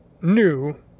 new